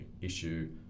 issue